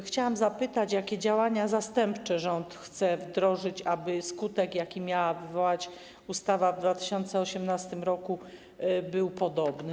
Chciałam zapytać: Jakie działania zastępcze rząd chce wdrożyć, aby skutek, jaki miała wywołać ustawa w 2018 r., był podobny?